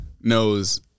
knows